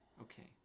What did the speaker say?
Okay